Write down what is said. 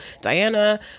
diana